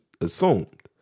assumed